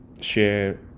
share